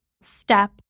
step